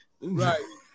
right